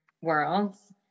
worlds